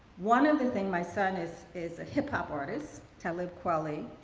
one other thing, my son is is a hip-hop artist, talib kweli.